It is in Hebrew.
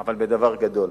אבל בדבר גדול.